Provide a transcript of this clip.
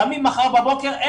קמים מחר בבוקר,